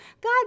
God